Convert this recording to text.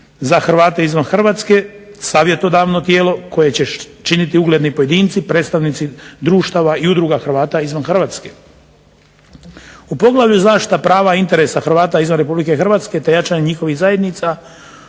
za Hrvate izvan Hrvatske, savjetodavno tijelo koje će činiti ugledni pojedinci predstavnici društava i udruga Hrvata izvan Hrvatske. U Poglavlju – Zaštita prava i interesa Hrvata izvan RH te jačanje njihovih zajednica